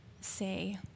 say